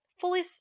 Fully